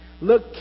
Look